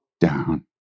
down